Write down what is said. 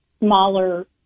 smaller